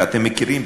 ואתם מכירים,